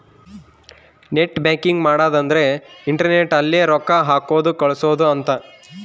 net banking ಮಾಡದ ಅಂದ್ರೆ internet ಅಲ್ಲೆ ರೊಕ್ಕ ಹಾಕೋದು ಕಳ್ಸೋದು ಅಂತ